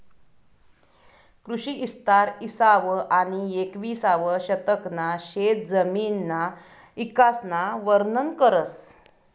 कृषी इस्तार इसावं आनी येकविसावं शतकना शेतजमिनना इकासन वरनन करस